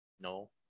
no